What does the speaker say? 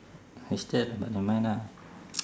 wasted but never mind ah